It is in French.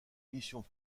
mission